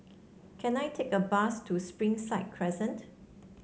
can I take a bus to Springside Crescent